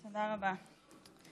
תודה רבה.